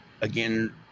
Again